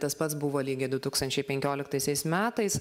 tas pats buvo lygiai du tūkstančiai penkioliktaisiais metais